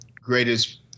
greatest